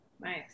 Nice